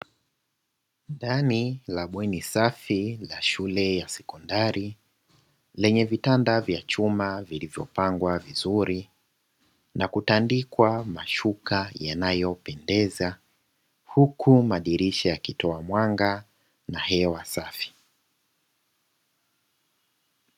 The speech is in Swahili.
Ndani la bweni safi la shule ya sekondari lenye vitanda vya chuma vilivyopangwa vizuri na kutandikwa mashuka yanayo pendeza, huku madirisha yakitoa mwanga na hewa safi.